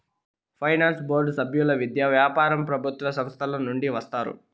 finance board సభ్యులు విద్య, వ్యాపారం ప్రభుత్వ సంస్థల నుండి వస్తారు